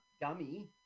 dummy